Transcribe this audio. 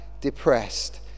depressed